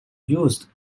used